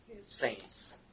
Saints